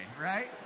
right